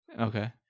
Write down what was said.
Okay